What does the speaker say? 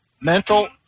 Mental